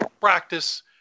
practice